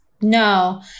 No